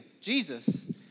Jesus